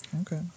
Okay